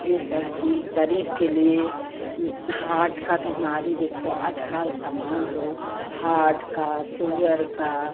यह सब भी शरीर के लिए हार्ट का बीमारी देखो आजकल आम रोग हार्ट का सुगर का